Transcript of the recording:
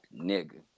nigga